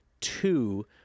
two